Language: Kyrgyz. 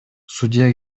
судья